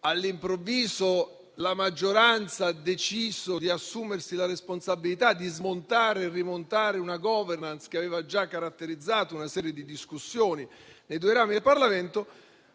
all'improvviso la maggioranza ha deciso di assumersi la responsabilità di smontare e rimontare una *governance* che aveva già caratterizzato una serie di discussioni nei due rami del Parlamento.